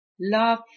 love